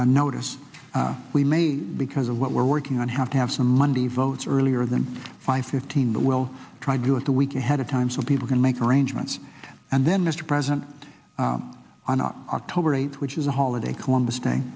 on notice we may because of what we're working on have to have some monday votes earlier than five fifteen that will try to do it the week ahead of time so people can make arrangements and then mr president i'm not october eighth which is a holiday columbus day